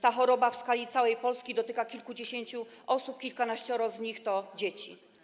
Ta choroba w skali całej Polski dotyka kilkudziesięciu osób; kilkanaścioro z nich to dzieci.